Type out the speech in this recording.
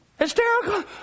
hysterical